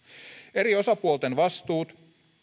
eri osapuolten vastuut